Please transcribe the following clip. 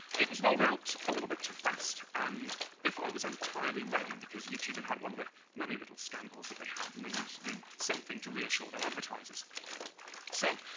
it was rolled out a little bit too fast and before it was entirely ready, because youtube had one of the many little scandals that they have and they needed to do something to reassure their advertisers so,